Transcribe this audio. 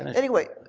anyway,